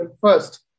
first